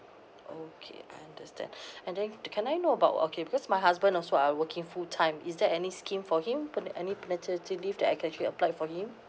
okay understand and then th~ can I know about okay because my husband also are working full time is there any scheme for him pa~ any paternity leave that I can actually apply for him